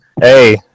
Hey